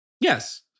Yes